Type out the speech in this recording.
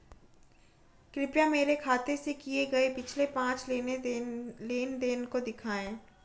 कृपया मेरे खाते से किए गये पिछले पांच लेन देन को दिखाएं